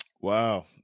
Wow